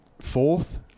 fourth